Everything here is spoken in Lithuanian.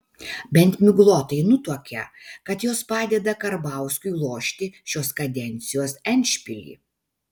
bent miglotai nutuokia kad jos padeda karbauskiui lošti šios kadencijos endšpilį